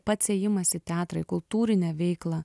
pats ėjimas į teatrą į kultūrinę veiklą